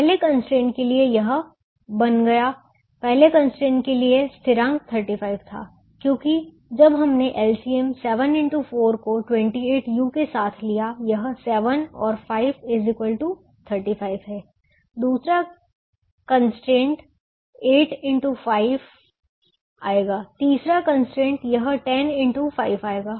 पहले कंस्ट्रेंट के लिए यह बन गया पहले कंस्ट्रेंट के लिए स्थिरांक 35 था क्योंकि जब हमने LCM 7x4 को 28u के साथ लिया यह 7 और 5 35 है दूसरा कंस्ट्रेंट 8x5 आएगा तीसरा कंस्ट्रेंट यह 10x5 आएगा